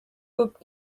күп